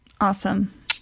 Awesome